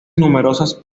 numerosas